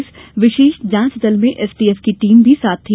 इस विशेष जांच दल में एसटीएफ की टीम भी साथ थी